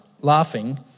laughing